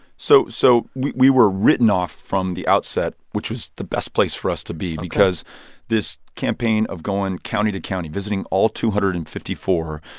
so so we we were written off from the outset, which was the best place for us to be. ok. because this campaign of going county to county, visiting all two hundred and fifty four,